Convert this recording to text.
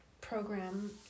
program